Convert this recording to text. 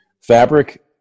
fabric